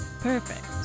perfect